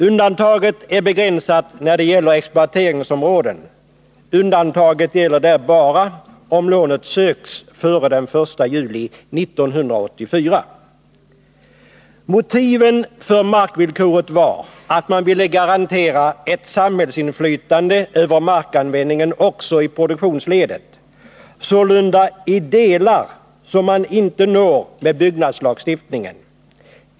Undantaget är begränsat när det gäller exploateringsområden — det gäller där bara om lånet söks före den 1 juli 1984. Motiven för markvillkoret var att man ville garantera ett samhällsinflytande över markanvändningen också i produktionsledet — sålunda i delar som man inte når med byggnadslagstiftningen.